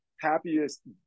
happiest